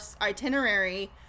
itinerary